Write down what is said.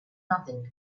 nothing